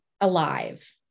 alive